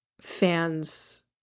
fans